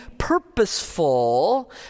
purposeful